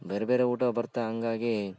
ಬೇರೆಬೇರೆ ಊಟ ಬರುತ್ತೆ ಹಂಗಾಗೀ